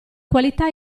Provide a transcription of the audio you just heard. qualità